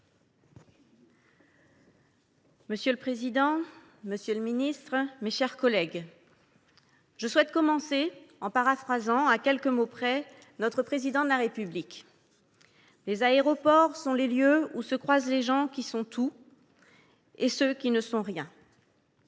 Monsieur le président, monsieur le ministre, mes chers collègues, je souhaite ouvrir mon propos en paraphrasant notre Président de la République : les aéroports sont les lieux où se croisent les gens qui sont tout et ceux qui ne sont rien.